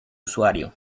usuario